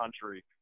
country